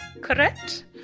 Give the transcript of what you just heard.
correct